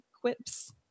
quips